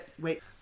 wait